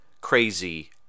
crazy